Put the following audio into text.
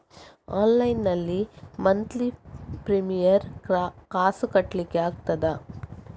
Online ನಲ್ಲಿ monthly premium ಕಾಸ್ ಕಟ್ಲಿಕ್ಕೆ ಆಗ್ತದಾ?